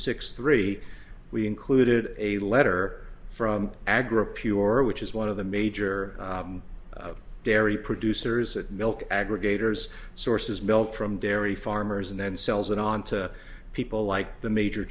six three we included a letter from agra pure which is one of the major dairy producers at milk aggregators sources milk from dairy farmers and then sells it on to people like the major